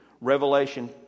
Revelation